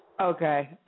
Okay